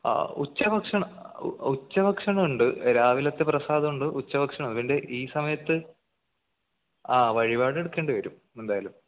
ഉച്ച ഭക്ഷണം ഉച്ച ഭക്ഷണം ഉണ്ട് രാവിലത്തെ പ്രസാദം ഉണ്ട് ഉച്ച ഭക്ഷണം അതിൻ്റെ ഈ സമയത്ത് ആ വഴിപാട് എടുക്കേണ്ടി വരും എന്തായാലും